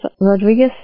Rodriguez